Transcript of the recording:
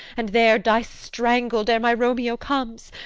and there die strangled ere my romeo comes?